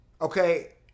Okay